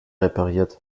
repariert